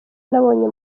nabonye